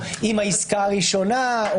או עם העסקה הראשונה,